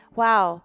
wow